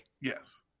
yes